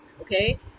Okay